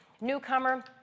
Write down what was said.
newcomer